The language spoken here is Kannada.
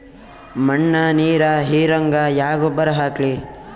ಮಣ್ಣ ನೀರ ಹೀರಂಗ ಯಾ ಗೊಬ್ಬರ ಹಾಕ್ಲಿ?